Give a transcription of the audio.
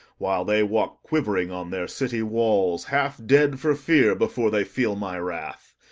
while they walk quivering on their city-walls, half-dead for fear before they feel my wrath.